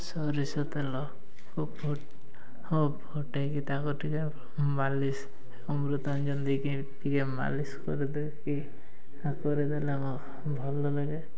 ସୋରିଷ ତେଲ ଓ ଫୁଟାଇକି ତାକୁ ଟିକେ ମାଲିସ ଅମୃତାଅଞ୍ଜନ ଦେଇକି ଟିକେ ମାଲିସ କରିଦେଇକି କରିଦେଲେ ଆମ ଭଲ ଲାଗେ